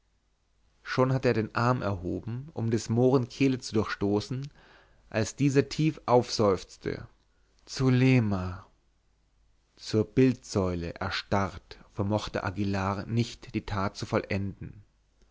schon hatte er den arm erhoben um des mohren kehle zu durchstoßen als dieser tief aufseufzte zulema zur bildsäule erstarrt vermochte aguillar nicht die tat zu vollenden